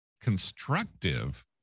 constructive